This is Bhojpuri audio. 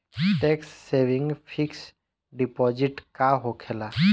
टेक्स सेविंग फिक्स डिपाँजिट का होखे ला?